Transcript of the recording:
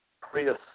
Prius